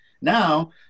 Now